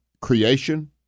creation